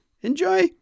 Enjoy